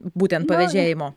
būtent pavėžėjimo